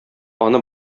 аны